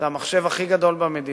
זה המחשב הכי גדול במדינה.